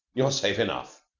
you're safe enough.